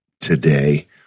today